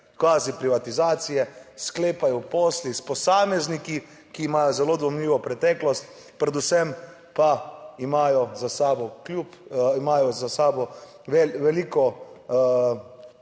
kvazi privatizacije sklepajo posli s posamezniki, ki imajo zelo dvomljivo preteklost, predvsem pa imajo za sabo kljub,